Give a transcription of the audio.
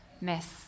miss